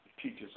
Teaches